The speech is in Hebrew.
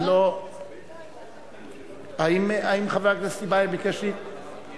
זה לא --- האם חבר הכנסת טיבייב ביקש ---?